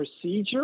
procedure